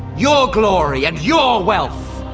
your glory and your wealth.